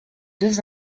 deux